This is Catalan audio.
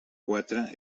quatre